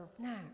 now